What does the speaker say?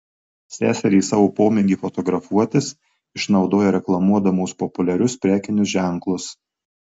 seserys savo pomėgį fotografuotis išnaudoja reklamuodamos populiarius prekinius ženklus